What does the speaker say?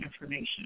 information